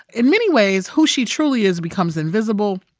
in many ways, who she truly is becomes invisible,